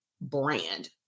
brand